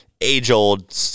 age-old